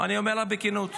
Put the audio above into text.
אני אומר לך בכנות.